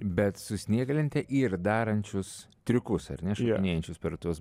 bet su snieglente ir darančius triukus ar ne šokinėjančius per tuos